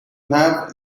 have